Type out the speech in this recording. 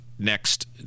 next